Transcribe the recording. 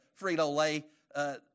Frito-Lay